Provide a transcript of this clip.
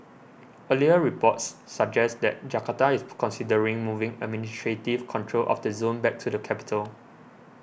earlier reports suggest that Jakarta is considering moving administrative control of the zone back to the capital